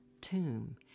tomb